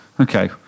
okay